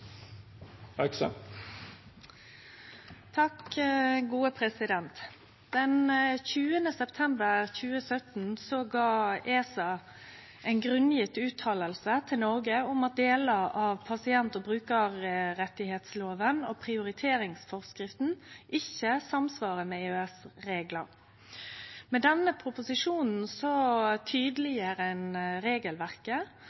september 2017 gav ESA ei grunngjeven utsegn til Noreg om at delar av pasient- og brukarrettslova og prioriteringsforskrifta ikkje samsvarer med EØS-reglane. Med denne proposisjonen